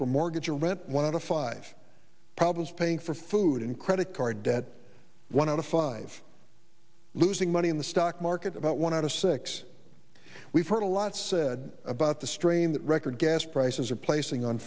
for mortgage or rent one out of five problems paying for food in credit card debt one out of five losing money in the stock market about one out of six we've heard a lot said about the strain that record gas prices are placing on